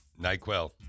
NyQuil